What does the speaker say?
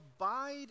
abide